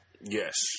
Yes